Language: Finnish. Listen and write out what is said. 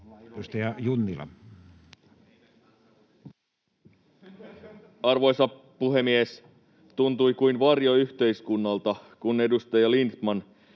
16:01 Content: Arvoisa puhemies! Tuntui kuin varjoyhteiskunnalta, kun edustaja Lindtman